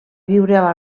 viure